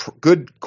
good